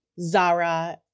Zara